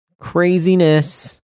craziness